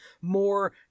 more